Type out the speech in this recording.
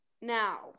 now